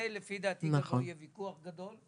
על זה לדעתי לא יהיה ויכוח גדול.